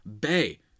Bay